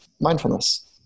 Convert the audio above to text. mindfulness